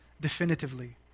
definitively